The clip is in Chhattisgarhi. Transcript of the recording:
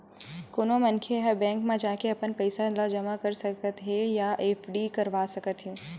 कोनो मनखे ह बेंक म जाके अपन पइसा ल जमा कर सकत हे या एफडी करवा सकत हे